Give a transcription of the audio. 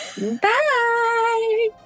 Bye